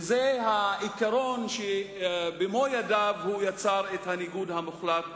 וזה העיקרון שבמו-ידיו הוא יצר את הניגוד המוחלט